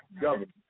government